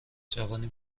جوانی